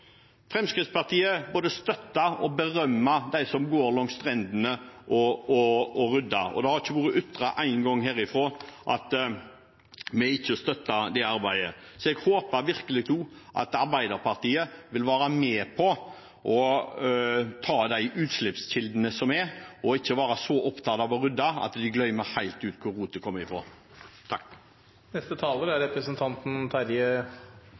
Fremskrittspartiet både støtter og berømmer dem som går langs strendene og rydder. Det har ikke vært ytret én gang herfra at vi ikke støtter det arbeidet. Jeg håper virkelig at Arbeiderpartiet nå vil være med på å ta utslippskildene, og ikke være så opptatt av å rydde at de glemmer helt hvor rotet kommer fra. Jeg har med interesse lest innstillingen og synes den i utgangspunktet er